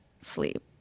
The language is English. sleep